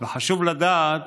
וחשוב לדעת